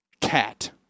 Cat